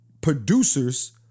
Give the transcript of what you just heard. producers